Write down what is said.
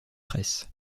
press